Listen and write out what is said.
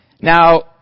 Now